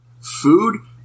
food